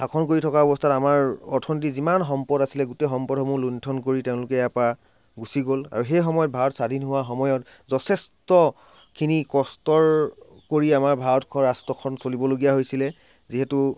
শাসন কৰি অৱস্থাত আমাৰ অৰ্থনীতিত যিমান সম্পদ আছিলে গোটেই সম্পদসমূহ লুণ্ঠন কৰি তেওঁলোকে ইয়াৰপৰা গুচি গ'ল সেই সময়ত ভাৰত স্বাধীন হোৱা সময়ত যথেষ্টখিনি কষ্টৰ কৰি আমাৰ ভাৰত ৰাষ্ট্ৰখন চলিবলগীয়া হৈছিলে যিহেতু